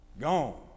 gone